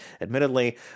admittedly